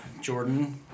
Jordan